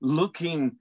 looking